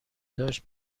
داشت